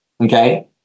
Okay